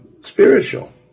spiritual